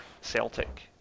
Celtic